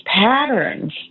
patterns